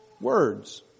Words